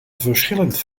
verschillend